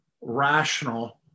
rational